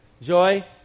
joy